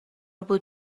بود